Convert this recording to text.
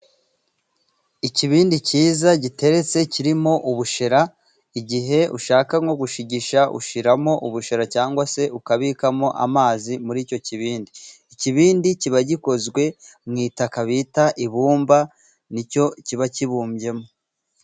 Ikibindi kiza giteretse kirimo ubushera. Igihe ushaka nko gushigisha ushiramo ubushera cyangwa se ukabikamo amazi muri icyo kibindi. Ikibindi kiba gikozwe mu itaka bita ibumba, ni ryo kiba kibumbyemo.